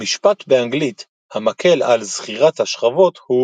משפט באנגלית המקל על זכירת השכבות הוא